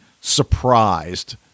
surprised